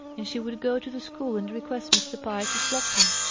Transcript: and she would go to the school and request mr. pye to flog him.